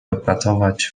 opracować